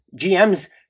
GMs